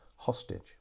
hostage